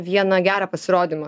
vieną gerą pasirodymą